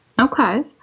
Okay